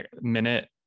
minute